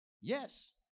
Yes